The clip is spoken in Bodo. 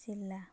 जिल्ला